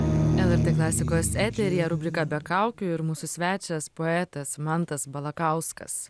lrt klasiko eteryje rubrika be kaukių ir mūsų svečias poetas mantas balakauskas